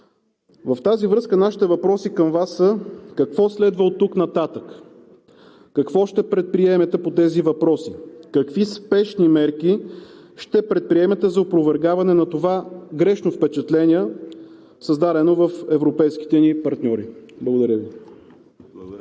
с това нашите въпроси към Вас са: какво следва оттук нататък? Какво ще предприемете по тези въпроси? Какви спешни мерки ще предприемете за опровергаване на това грешно впечатление, създадено в европейските ни партньори? Благодаря Ви.